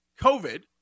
COVID